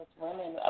women